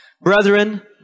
Brethren